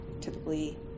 typically